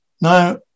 Now